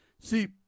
See